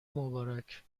مبارک